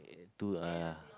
eh two ah